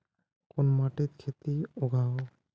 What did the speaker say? कोन माटित खेती उगोहो?